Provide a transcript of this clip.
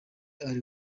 ari